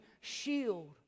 shield